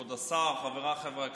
כבוד השר, חבריי חברי הכנסת,